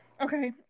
okay